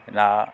ना